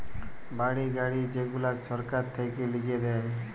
বাড়ি, গাড়ি যেগুলা সরকার থাক্যে লিজে দেয়